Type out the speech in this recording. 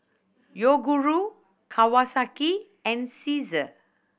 Yoguru Kawasaki and Cesar